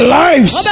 lives